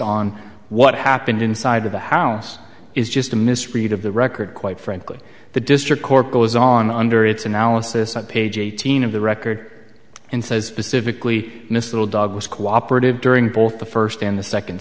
on what happened inside of the house is just a misread of the record quite frankly the district court goes on under its analysis on page eighteen of the record and says pacifically mistal dog was cooperative during both the first and the second